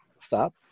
stop